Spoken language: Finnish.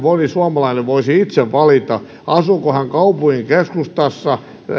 moni suomalainen voisi itse valita asuuko kaupungin keskustassa